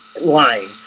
lying